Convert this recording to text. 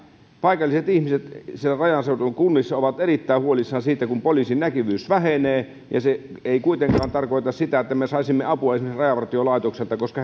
paikalliset ihmiset siellä rajan seudun kunnissa ovat erittäin huolissaan siitä kun poliisin näkyvyys vähenee se ei kuitenkaan tarkoita sitä että me saisimme apua esimerkiksi rajavartiolaitokselta koska